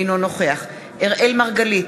אינו נוכח אראל מרגלית,